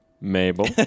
Mabel